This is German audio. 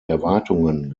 erwartungen